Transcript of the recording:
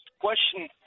question